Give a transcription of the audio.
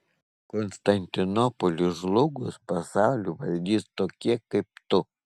konstantinopoliui žlugus pasaulį valdys tokie kaip tu